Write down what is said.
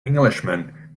englishman